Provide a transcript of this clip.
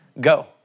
go